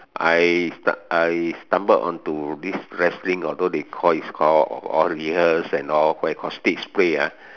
I I stumbled onto this wrestling although they call is call all rehearsed and all what you call stage play ah